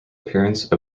appearance